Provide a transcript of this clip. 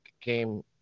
came